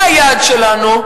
זה היעד שלנו.